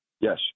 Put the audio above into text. Yes